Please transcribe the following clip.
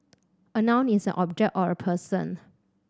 a noun is an object or a person